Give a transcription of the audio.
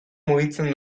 mugitzen